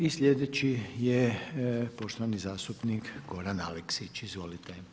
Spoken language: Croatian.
I sljedeći je poštovani zastupnik Goran Aleksić, izvolite.